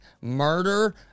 murder